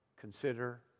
consider